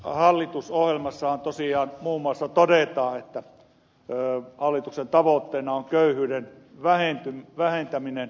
hallitusohjelmassahan tosiaan muun muassa todetaan että hallituksen tavoitteena on köyhyyden vähentäminen